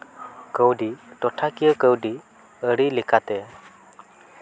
ᱠᱟᱹᱣᱰᱤ ᱴᱚᱴᱷᱟ ᱠᱤᱭᱟᱹ ᱠᱟᱹᱣᱰᱤ ᱟᱹᱨᱤ ᱞᱮᱠᱟᱛᱮ